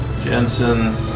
Jensen